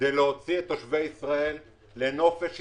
כדי להוציא את תושבי ישראל לנופש ישראלי,